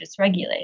dysregulated